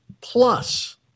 plus